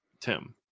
Tim